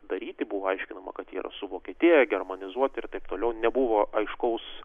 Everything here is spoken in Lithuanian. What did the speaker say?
daryti buvo aiškinama kad jie yra suvokietėję germanizuoti ir taip toliau nebuvo aiškaus